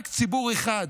רק ציבור אחד